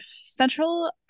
central